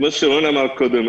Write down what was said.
כפי שרון חולדאי אמר קודם,